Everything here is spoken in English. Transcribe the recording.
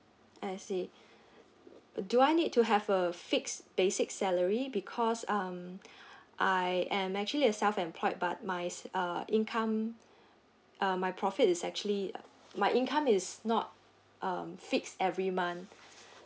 I see do I need to have a fixed basics salary because um I am actually a self-employed but my uh income uh my profit is actually my income is not um fixed every month